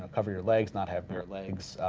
cover your legs, not have bare legs,